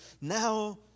now